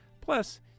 Plus